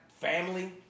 family